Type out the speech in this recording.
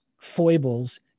foibles